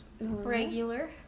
regular